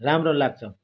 राम्रो लाग्छ